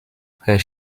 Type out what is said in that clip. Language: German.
herr